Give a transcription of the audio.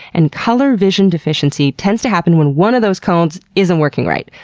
and color vision deficiency tends to happen when one of those cones isn't working right.